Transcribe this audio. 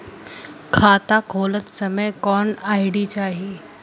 खाता खोलत समय कौन आई.डी चाही?